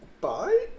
Bye